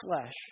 flesh